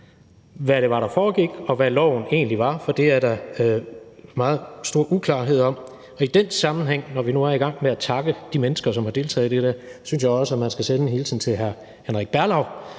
hvad det var, der foregik, og hvad loven egentlig var, for det er der meget stor uklarhed om. Og i den sammenhæng, når vi nu er i gang med at takke de mennesker, som har deltaget i det her, synes jeg også, at man skal sende en hilsen til hr. Henrik Berlau,